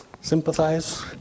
Sympathize